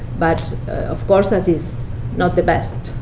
but of course, that is not the best,